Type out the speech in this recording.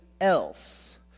else